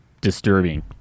disturbing